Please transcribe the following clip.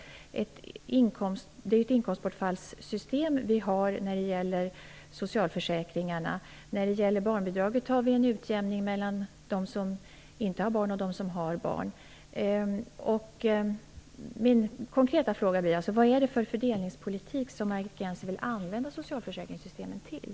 Vi har ett inkomstbortfallssystem när det gäller socialförsäkringarna. När det gäller barnbidraget har vi en utjämning mellan dem som inte har barn och dem som har barn. Vad är det för fördelningspolitik som Margit Gennser vill använda socialförsäkringssystemen till?